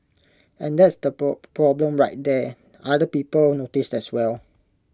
and that's the problem right there other people noticed as well